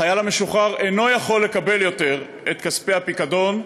החייל המשוחרר אינו יכול לקבל יותר את כספי הפיקדון,